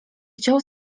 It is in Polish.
chciał